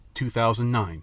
2009